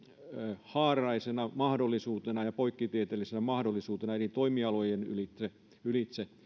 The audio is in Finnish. monihaaraisena mahdollisuutena ja poikkitieteellisenä mahdollisuutena eri toimialojen ylitse ylitse